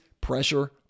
pressure